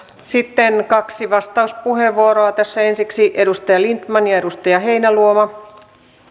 sitten kaksi vastauspuheenvuoroa tässä ensiksi edustaja lindtman ja edustaja heinäluoma